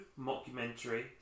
mockumentary